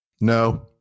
No